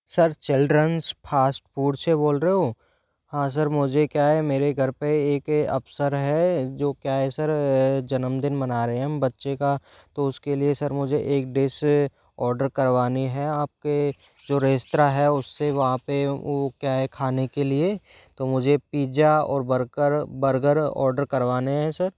sir चिलरेंस fast food से बोल रहे हो हाँ सर मुझे क्या है मेरे घर पर एक अवसर है जो क्या है सर जन्मदिन मना रहे हैं हम बच्चे का तो उसके लिए सर मुझे एक डिस ऑर्डर करवानी है आप के जो रेस्तरा है उस से वहाँ पर वो क्या है खाने के लिए तो मुझे पिज्जा और बर्गर बर्गर ऑर्डर करवाने हैं सर